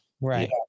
right